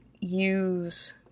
use